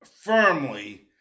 firmly